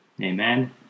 Amen